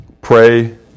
Pray